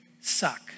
suck